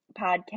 podcast